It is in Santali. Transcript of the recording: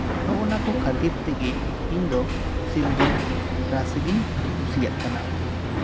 ᱱᱚᱜᱼᱚᱭ ᱱᱚᱣᱟ ᱠᱚ ᱠᱷᱟᱹᱛᱤᱨ ᱛᱮᱜᱮ ᱤᱧ ᱫᱚ ᱥᱤᱢ ᱡᱤᱞ ᱨᱟᱥᱮ ᱜᱤᱧ ᱠᱩᱥᱤᱭᱟᱜ ᱠᱟᱱᱟ